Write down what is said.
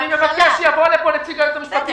אני מבקש שיבוא לפה נציג היועץ המשפטי